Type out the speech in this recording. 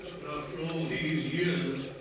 but after all these years.